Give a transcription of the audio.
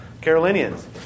Carolinians